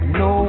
no